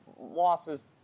losses